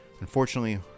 Unfortunately